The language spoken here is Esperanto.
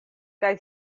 kaj